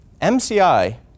MCI